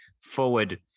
forward